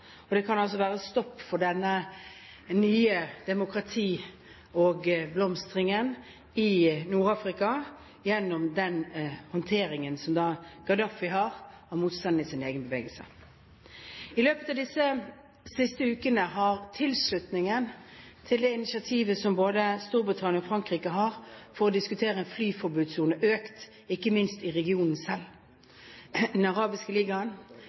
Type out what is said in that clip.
Og det kan altså være stopp for denne nye demokratioppblomstringen i Nord-Afrika gjennom den håndteringen som Gaddafi har av motstanden i sin egen bevegelse. I løpet av disse siste ukene har tilslutningen til det initiativet som både Storbritannia og Frankrike har til å diskutere en flyforbudssone, økt, ikke minst i regionen selv. Den arabiske ligaen